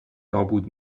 نابود